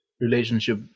relationship